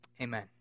Amen